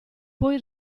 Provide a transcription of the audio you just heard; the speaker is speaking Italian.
poi